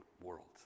world